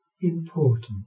important